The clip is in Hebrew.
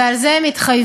ועל זה הם התחייבו.